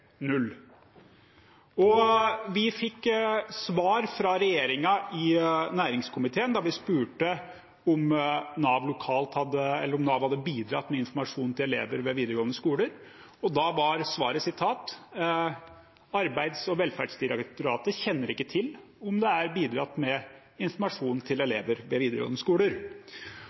null. Næringskomiteen fikk svar fra regjeringen da vi spurte om Nav hadde bidratt med informasjon til elever ved videregående skoler. Da var svaret at Arbeids- og velferdsdirektoratet kjenner ikke til om det er bidratt med informasjon til elever ved videregående skoler.